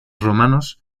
romanos